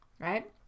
right